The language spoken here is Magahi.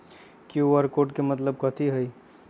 कियु.आर कोड के मतलब कथी होई?